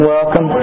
Welcome